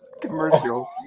commercial